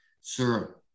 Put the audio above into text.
sir